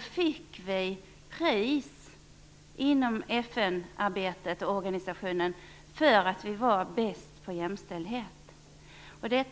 fick vi ett pris för att vi var bäst på jämställdhet inom FN-organisationen.